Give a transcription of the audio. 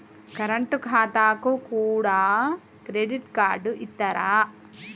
Current ఖాతాకు కూడా credit card ఇత్తరా?